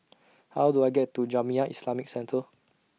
How Do I get to Jamiyah Islamic Centre